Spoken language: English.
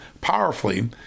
powerfully